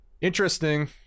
Interesting